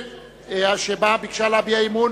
הצעת סיעת קדימה שביקשה להביע אמון